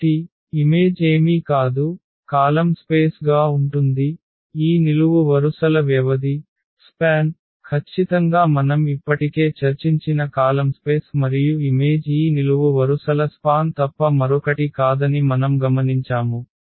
కాబట్టి ఇమేజ్ ఏమీ కాదు కాలమ్ స్పేస్ గా ఉంటుంది ఈ నిలువు వరుసల వ్యవధి ఖచ్చితంగా మనం ఇప్పటికే చర్చించిన కాలమ్స్పేస్ మరియు ఇమేజ్ ఈ నిలువు వరుసల స్పాన్ తప్ప మరొకటి కాదని మనం గమనించాము